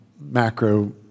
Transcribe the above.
macro